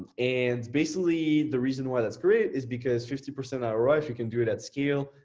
and basically, the reason why that's great is because fifty percent um roi, if you can do it at scale,